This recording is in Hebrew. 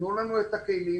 תנו לנו את הכלים,